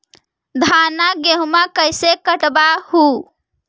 धाना, गेहुमा कैसे कटबा हू?